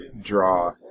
draw